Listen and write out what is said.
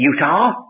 Utah